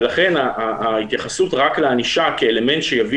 ולכן ההתייחסות רק לענישה כאלמנט שיביא